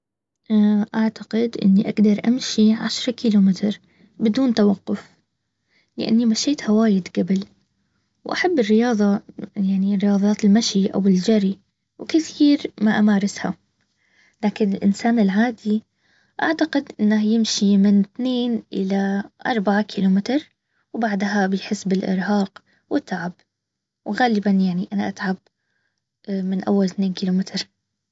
اعتقد اني اقدر امشي عشره كيلو متر بدون توقف لاني مشيتها وايد قبل واحب الرياضه يعني رياضات المشي والجري وكتير نا امارسها لاكن الانسان العادي اعتقد انه يمشي من اتنين الي اربعه كيلو متر وبعدها بيحس بالارهاق والتعب وغالبا يعني انا اتعب من اول اتين كيلو متر